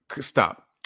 Stop